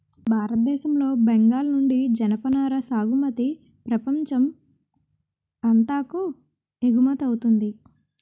భారతదేశం లో బెంగాల్ నుండి జనపనార సాగుమతి ప్రపంచం అంతాకు ఎగువమౌతుంది